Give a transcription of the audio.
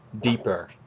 deeper